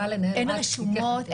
אין רשומות?